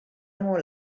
molt